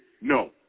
No